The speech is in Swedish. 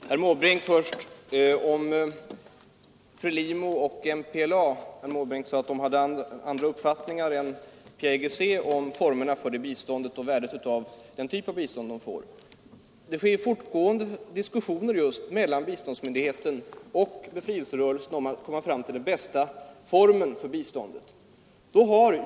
Herr talman! Herr Måbrink sade att FRELIMO och MPLA hade andra uppfattningar än PAIGC om formerna för biståndet och värdet av den typ av bistånd som de får. Det sker fortgående diskussioner mellan biståndsmyndigheten och befrielserörelserna för att man skall komma fram till den bästa formen för biståndet.